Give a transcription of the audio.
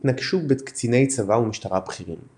התנקשו בקציני צבא ומשטרה בכירים.